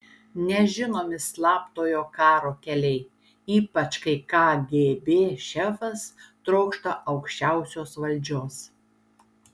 nežinomi slaptojo karo keliai ypač kai kgb šefas trokšta aukščiausios valdžios